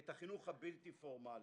את החינוך הבלתי פורמלי.